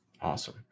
Awesome